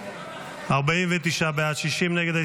49 בעד, 60 נגד.